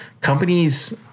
companies